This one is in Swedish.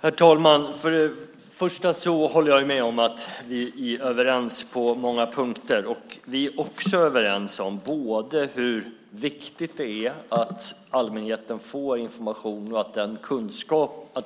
Herr talman! Först och främst håller jag med om att vi är överens på många punkter. Vi är också överens om hur viktigt det är att allmänheten får information, att detta